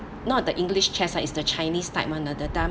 not the english chess ah is the chinese type [one] ah the dam